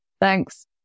Thanks